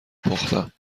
پختم